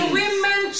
women